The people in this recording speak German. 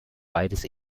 beides